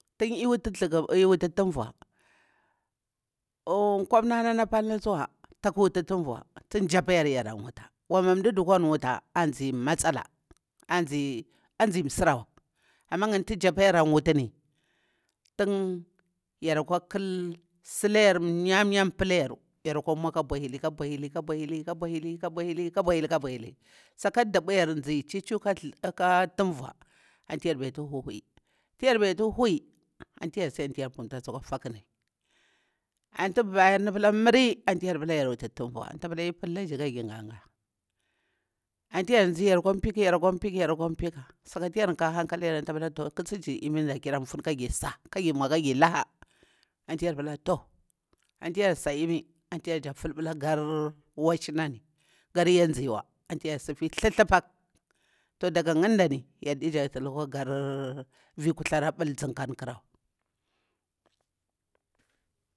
I wuti tinvuh kumnah nah nah palni tsuwa tak wuti tinvuh tin japayaru an wutah wami man nɗi dugu an watah a nbi matsila a nzi msirawa, mah ngani tu japayaru an wutini, tin yaralewa kal sala yaru mmiya nmiya npalah yaru, yarkwa mmwa nmwah ka buhili buhili ka- buhili kabuhili kah buhuli sakati da ɓwayaru ƙanzi chiw chiw kah tinvuh anti yar biti huhuwi. Ti yar biti huwi anti yar si pumtasi akwa faƙuni. Anti bubah yarni pala mmri anti yar pala yar wutiu tinuu, anti palah ika palagini kajir ngagah. Anti yar nzi yarkwa npiku yarkwa npiƙu yarƙwa npika sati yar nƙa kwa hankalayar toh ƙusiji imi ngandani akira nfuni kajir sah kagir nmwe kajir luha. Anti yar pala tuh, anti yar sah imi ati yarjir ful blah gar wacimani kar ya nziwa anti yar sifiya twathlapak. Toh ɗaga nɗani yarɗi jikti lukava gar vikulah rah ɓal sikah karawa.